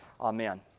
Amen